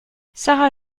sara